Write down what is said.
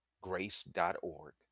grace.org